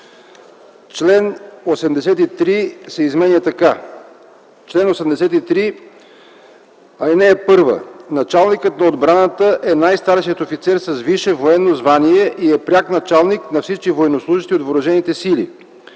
Член 83 се изменя така: „Чл. 83. (1) Началникът на отбраната е най-старшият офицер с висше военно звание и е пряк началник на всички военнослужещи от въоръжените сили.